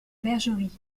bergerie